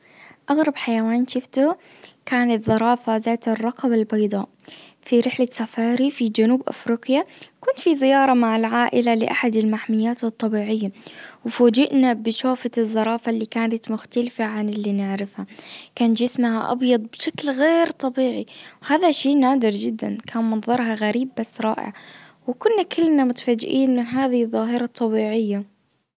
اغرب حيوان شفته كانت زرافة ذات الرقبة البيضاء في رحلة سفاري في جنوب افريقيا. كنت في زيارة مع العائلة لاحد المحميات الطبيعية. وفوجئنا بشوفة الزرافة اللي كانت مختلفة عن اللي نعرفها. كان جسمها ابيض بشكل غير طبيعي. هذاشي نادر جدا كان منظرها غريب بس رائع. وكنا كلنا متفاجئين من هذه الظاهرة الطبيعية.